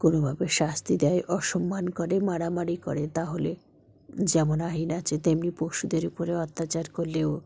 কোনোভাবে শাস্তি দেয় অসম্মান করে মারামারি করে তাহলে যেমন আইন আছে তেমনি পশুদের উপরে অত্যাচার করলেও